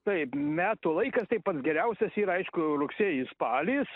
taip metų laikas tai pats geriausias yra aišku rugsėjis spalis